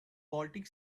baltic